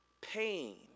pain